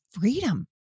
freedom